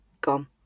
gone